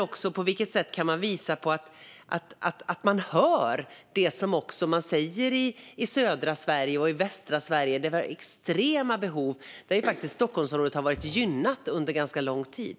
Och på vilket sätt kan man visa att man hör det som sägs i södra och västra Sverige där det finns extrema behov? Stockholmsområdet har faktiskt varit gynnat under ganska lång tid.